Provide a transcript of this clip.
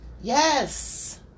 Yes